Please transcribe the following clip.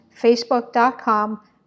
facebook.com